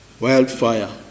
wildfire